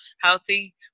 healthy